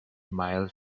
miles